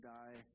die